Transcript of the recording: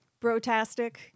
Brotastic